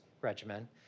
regimen